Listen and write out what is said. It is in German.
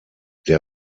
der